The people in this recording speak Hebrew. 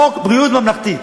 חוק ביטוח בריאות ממלכתי.